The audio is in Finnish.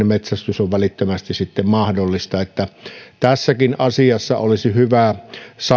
metsästys on välittömästi mahdollista tässäkin asiassa olisi hyvä